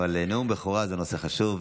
אבל נאום בכורה הוא נושא חשוב.